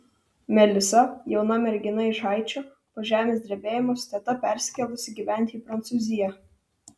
melisa jauna mergina iš haičio po žemės drebėjimo su teta persikėlusi gyventi į prancūziją